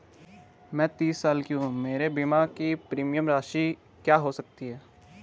मैं तीस साल की हूँ मेरे बीमे की प्रीमियम राशि क्या हो सकती है?